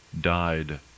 died